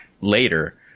later